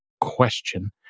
question